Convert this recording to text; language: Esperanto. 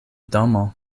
domo